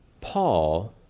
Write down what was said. Paul